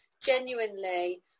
genuinely